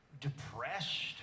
depressed